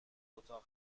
اتاق